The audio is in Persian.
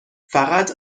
فقط